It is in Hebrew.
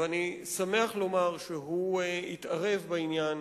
ואני שמח לומר שהוא התערב בעניין.